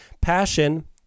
Passion